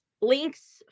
links